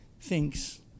thinks